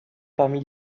parmi